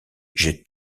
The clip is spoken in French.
j’ai